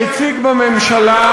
הציג בממשלה,